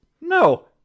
No